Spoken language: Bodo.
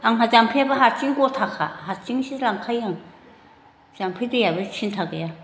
आंहा जाम्फैयाबो हारसिं गथाखा हारसिंसो लांखायो आं जाम्फै दैयाबो सिन्था गैया